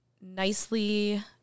nicely